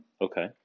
Okay